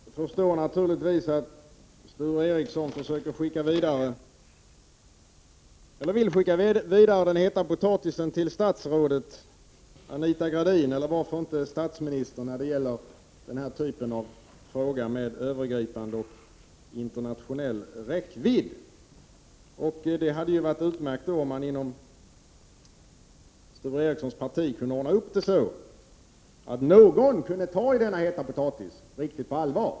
Herr talman! Jag förstår naturligtvis att Sture Ericson vill skicka vidare den heta potatisen till statsrådet Anita Gradin — eller varför inte till statsministern — beträffande den här typen av frågor av övergripande, internationell räckvidd. Då hade det varit utmärkt om man i Sture Ericsons parti kunde ordna det så att någon kunde ta i denna heta potatis riktigt på allvar.